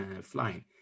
flying